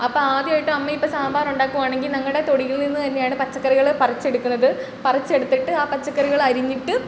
അപ്പം ആദ്യമായിട്ട് അമ്മ ഇപ്പം സാമ്പാറൊണ്ടാക്കുവാണെങ്കിൽ ഞങ്ങടെ തൊടിയിൽ നിന്ന് തന്നെയാണ് പച്ചക്കറികൾ പറിച്ചെടുക്കുന്നത് പറിച്ചെടുത്തിട്ട് ആ പച്ചക്കറികൾ അരിഞ്ഞിട്ട്